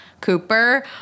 Cooper